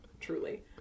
truly